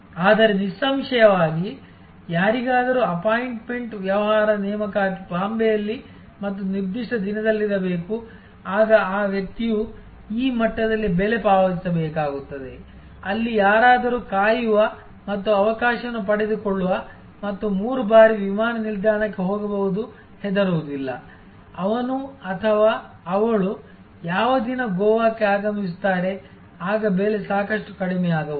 ಆದರೆ ನಿಸ್ಸಂಶಯವಾಗಿ ಯಾರಿಗಾದರೂ ಅಪಾಯಿಂಟ್ಮೆಂಟ್ ವ್ಯವಹಾರ ನೇಮಕಾತಿ ಬಾಂಬೆಯಲ್ಲಿ ಮತ್ತು ನಿರ್ದಿಷ್ಟ ದಿನದಲ್ಲಿರಬೇಕು ಆಗ ಆ ವ್ಯಕ್ತಿಯು ಈ ಮಟ್ಟದಲ್ಲಿ ಬೆಲೆ ಪಾವತಿಸಬೇಕಾಗುತ್ತದೆ ಅಲ್ಲಿ ಯಾರಾದರೂ ಕಾಯುವ ಮತ್ತು ಅವಕಾಶವನ್ನು ಪಡೆದುಕೊಳ್ಳುವ ಮತ್ತು ಮೂರು ಬಾರಿ ವಿಮಾನ ನಿಲ್ದಾಣಕ್ಕೆ ಹೋಗಬಹುದು ಹೆದರುವುದಿಲ್ಲ ಅವನು ಅಥವಾ ಅವಳು ಯಾವ ದಿನ ಗೋವಾಕ್ಕೆ ಆಗಮಿಸುತ್ತಾರೆ ಆಗ ಬೆಲೆ ಸಾಕಷ್ಟು ಕಡಿಮೆಯಾಗಬಹುದು